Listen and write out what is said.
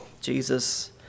Jesus